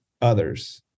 others